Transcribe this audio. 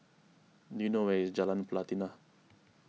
do you know where is Jalan Pelatina